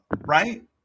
right